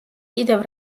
კიდევ